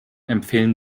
empfehlen